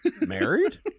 Married